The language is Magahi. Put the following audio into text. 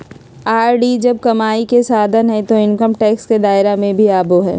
आर.डी जब कमाई के साधन हइ तो इनकम टैक्स के दायरा में भी आवो हइ